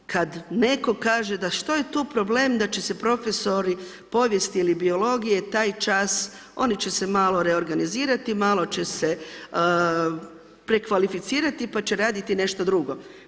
Kad netko kaže da što je tu problem da će se profesori povijesti ili biologije taj čas, oni će se malo reorganizirati, malo će se prekvalificirati pa će raditi nešto drugo.